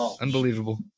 Unbelievable